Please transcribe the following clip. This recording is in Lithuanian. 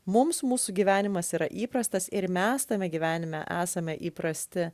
mums mūsų gyvenimas yra įprastas ir mes tame gyvenime esame įprasti